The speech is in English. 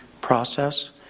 process